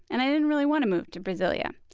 and i didn't really want to move to brasilia.